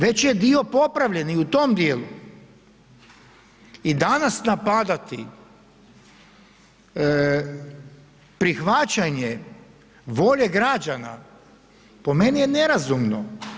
Već je dio popravljen i u tom djelu i danas napadati prihvaćanje volje građana, po meni je nerazumno.